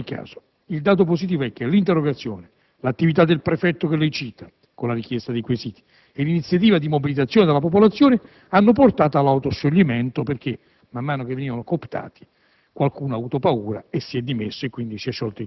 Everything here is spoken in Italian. regionali crei qualche problema. In ogni caso, il dato positivo è che la presentazione dell'interrogazione, l'attività del prefetto che lei cita, con la richiesta dei quesiti, e l'iniziativa di mobilitazione della popolazione hanno portato all'autoscioglimento, perché, man mano che le persone venivano cooptate,